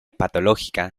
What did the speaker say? patológica